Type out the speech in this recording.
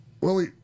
Willie